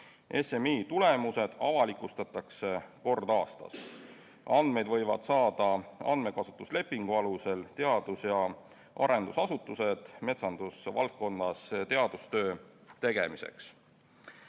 SMI tulemused avalikustatakse kord aastas. Andmeid võivad saada andmekasutuslepingu alusel teadus- ja arendusasutused metsandusvaldkonnas teadustöö tegemiseks.